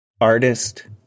artist